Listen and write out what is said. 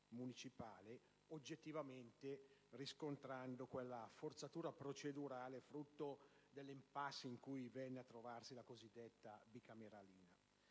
oggettivamente riscontrando quella forzatura procedurale frutto dell'*impasse* in cui venne a trovarsi la cosiddetta bicameralina.